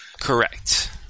Correct